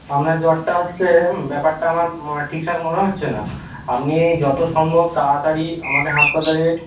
আপনার জ্বরটা হচ্ছে ব্যাপারটা আমার ঠিকঠাক মনে হচ্ছে না আপনি যত সম্ভব তাড়াতাড়ি আমাদের হাসপাতালে